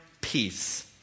peace